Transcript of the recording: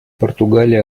португалия